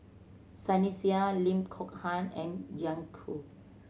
Sunny Sia Lim Kok Ann and Jiang Hu